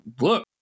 look